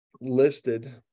listed